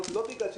היגיון בברדק הזה.